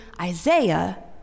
Isaiah